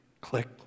click